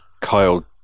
kyle